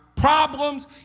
Problems